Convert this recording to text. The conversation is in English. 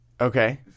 Okay